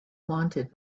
wanted